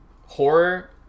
horror